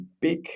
big